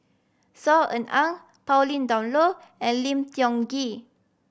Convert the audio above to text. Saw Ean Ang Pauline Dawn Loh and Lim Tiong Ghee